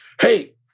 Hey